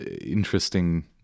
interesting